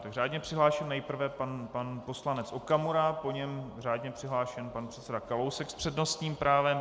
Tak řádně přihlášen nejprve pan poslanec Okamura, po něm řádně přihlášen pan předseda Kalousek s přednostním právem.